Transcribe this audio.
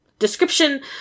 Description